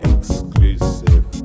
Exclusive